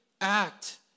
act